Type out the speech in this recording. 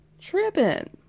tripping